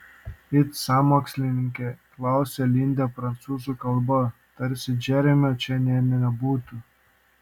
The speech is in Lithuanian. it sąmokslininkė klausia lindė prancūzų kalba tarsi džeremio čia nė nebūtų